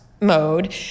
mode